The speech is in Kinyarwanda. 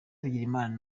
bigirimana